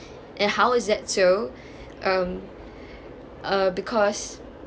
and how that's to um uh because